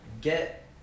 get